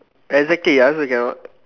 exactly I also cannot